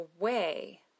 away